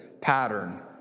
pattern